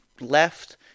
left